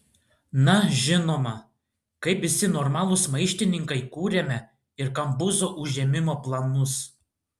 na žinoma kaip visi normalūs maištininkai kūrėme ir kambuzo užėmimo planus